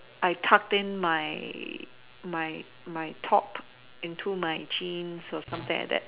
I cut in my my top into my jeans or something like that